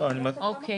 נזכיר